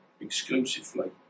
exclusively